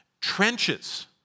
trenches